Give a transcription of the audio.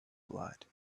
blood